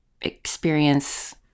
experience